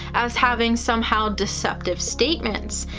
as having somehow deceptive statements,